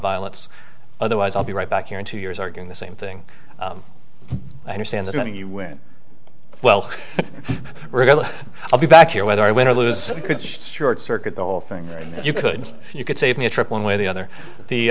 violence otherwise i'll be right back here in two years arguing the same thing i understand that when you win well i'll be back here whether i win or lose short circuit the whole thing you could you could save me a trip one way or the other the